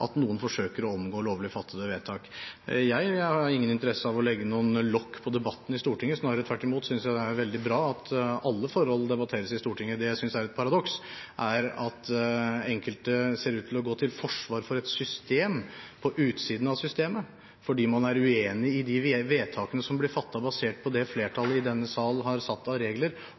at noen forsøker å omgå lovlig fattede vedtak. Jeg har ingen interesse av å legge noe lokk på debatten i Stortinget. Snarere tvert imot synes jeg det er veldig bra at alle forhold debatteres i Stortinget. Det jeg synes er et paradoks, er at enkelte ser ut til å gå til forsvar for et system på utsiden av systemet fordi man er uenig i de vedtakene som blir fattet basert på det flertallet i denne sal har satt av regler,